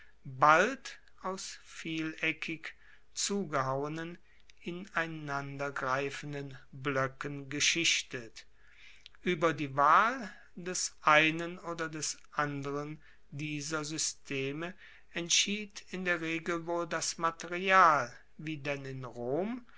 bald aus vieleckig zugehauenen ineinandergreifenden bloecken geschichtet ueber die wahl des einen oder des anderen dieser systeme entschied in der regel wohl das material wie denn in rom